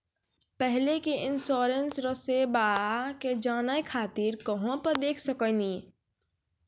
पहले के इंश्योरेंसबा के जाने खातिर कहां पर देख सकनी?